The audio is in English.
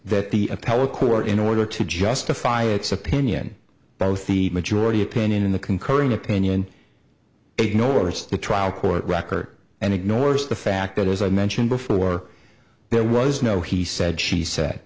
that the appellate court in order to justify its opinion both the majority opinion in the concurring opinion ignores the trial court record and ignores the fact that as i mentioned before there was no he said she said